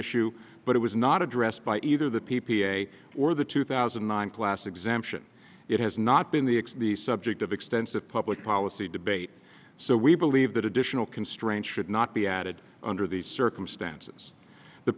issue but it was not addressed by either the p p a or the two thousand and nine class exemption it has not been the ex the subject of extensive public policy debate so we believe that additional constraints should not be added under these circumstances the